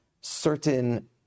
certain